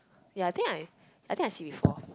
ya I think I I think I see before